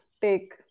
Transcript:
take